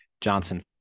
Johnson